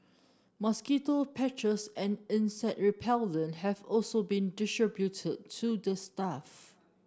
mosquito patches and insect repellent have also been distributed to the staff